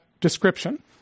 description